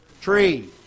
Tree